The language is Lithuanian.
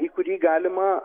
į kurį galima